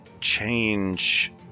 Change